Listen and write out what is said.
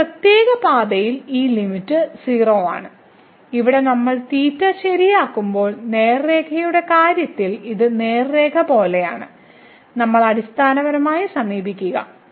ചില പ്രത്യേക പാതയിൽ ഈ ലിമിറ്റ് 0 ആണ് ഇവിടെ നമ്മൾ തീറ്റ ശരിയാക്കുമ്പോൾ നേർരേഖയുടെ കാര്യത്തിൽ ഇത് നേർരേഖ പോലെയാണ് നമ്മൾ അടിസ്ഥാനപരമായി സമീപിക്കുകയാണ്